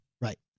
Right